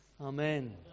Amen